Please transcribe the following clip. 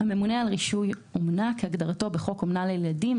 (12)הממונה על רישוי אומנה כהגדרתו בחוק אומנה לילדים,